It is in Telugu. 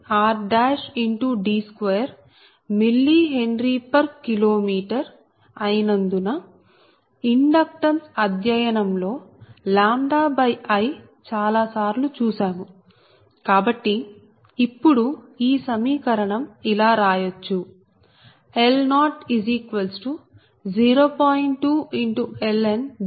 2ln Dn3rD2 mHKm అయినందున ఇండక్టెన్స్ అధ్యయనంలో 𝜆I చాలా సార్లు చూసాము కాబట్టి ఇప్పుడు ఈ సమీకరణం ఇలా రాయచ్చు L00